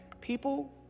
people